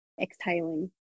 exhaling